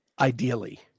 ideally